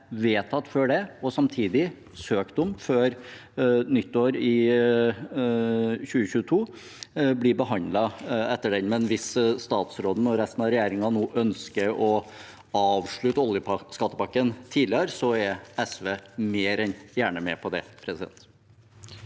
vedtatt før det, og som det samtidig er søkt om før nyttår i 2022, blir behandlet etter den. Hvis statsråden og resten av regjeringen nå ønsker å avslutte oljeskattepakken tidligere, er SV mer enn gjerne med på det.